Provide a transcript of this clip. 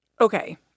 Okay